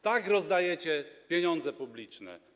Tak rozdajecie pieniądze publiczne.